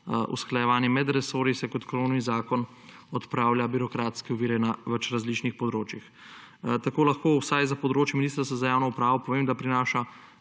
usklajevanje med resorji, saj kot krovni zakon odpravlja birokratske ovire na več različnih področjih. Tako lahko vsaj za področje Ministrstva za javno upravo povem, da prinaša